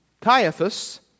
Caiaphas